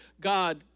God